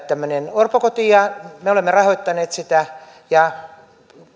orpokoti ja me olemme rahoittaneet sitä ja